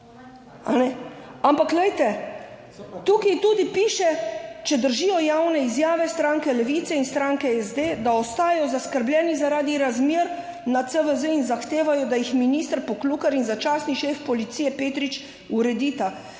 Ampak glejte, tukaj tudi piše, če držijo javne izjave stranke Levice in stranke SD, da ostajajo zaskrbljeni zaradi razmer na CVZ in zahtevajo, da jih minister Poklukar in začasni šef policije Petrič uredita,